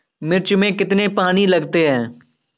मिर्च में कितने पानी लगते हैं?